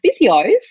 physios